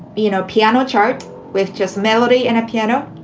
you know, piano charts with just melody and a piano.